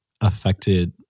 affected